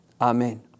Amen